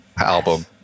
album